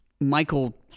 Michael